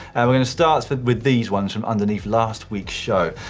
and we're going to start but with these ones from underneath last week's show.